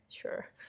sure